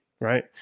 right